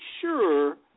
sure